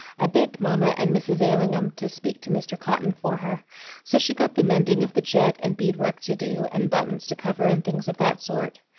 i begged mamma and mrs. ailingham to speak to mr. cotton for her so she got the mending of the jet and bead work to do, and buttons to cover, and things of that sort.